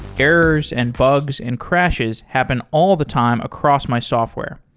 errors, and bugs, and crashes happen all the time across my software.